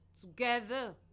together